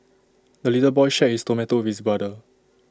the little boy shared his tomato with brother